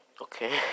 okay